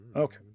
okay